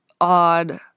odd